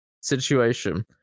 situation